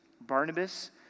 Barnabas